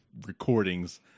recordings